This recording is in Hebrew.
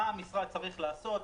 מה המשרד צריך לעשות,